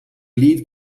lead